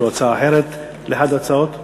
יש לו הצעה אחרת לאחת ההצעות.